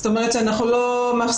זאת אומרת שאנחנו לא מפסיקים,